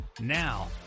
Now